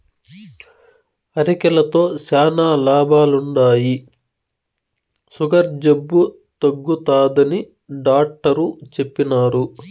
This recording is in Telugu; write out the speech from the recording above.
అరికెలతో శానా లాభాలుండాయి, సుగర్ జబ్బు తగ్గుతాదని డాట్టరు చెప్పిన్నారు